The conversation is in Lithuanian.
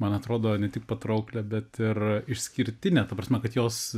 man atrodo ne tik patrauklią bet ir išskirtinę ta prasme kad jos